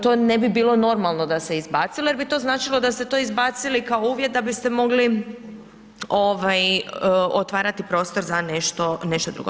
To bi ne bi bilo normalno da se izbacilo jer bi to značilo da ste to izbacili kao uvjet da biste mogli otvarati prostor za nešto drugo.